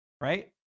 Right